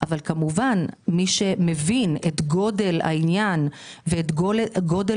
אבל מי שמבין את גודל העניין ואת גודל